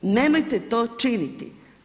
Nemojte to činiti.